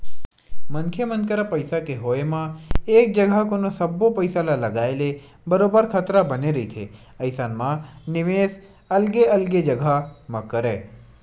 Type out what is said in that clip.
मनखे मन करा पइसा के होय म एक जघा कोनो सब्बो पइसा ल लगाए ले बरोबर खतरा बने रहिथे अइसन म निवेस अलगे अलगे जघा म करय